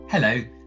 Hello